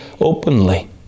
openly